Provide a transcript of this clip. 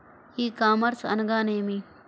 ఈ కామర్స్ అనగానేమి?